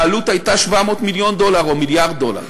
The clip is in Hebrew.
העלות הייתה 700 מיליון דולר או מיליארד דולר.